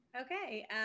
Okay